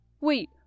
wait